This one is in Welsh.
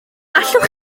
allwch